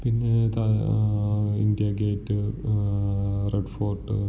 പിന്നെ India Gate Red fort